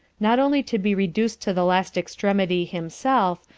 not only to be reduc'd to the last extremity himself,